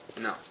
No